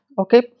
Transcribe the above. Okay